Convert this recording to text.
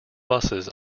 buses